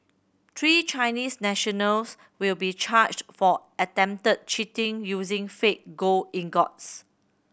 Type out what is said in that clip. three Chinese nationals will be charged for attempted cheating using fake gold ingots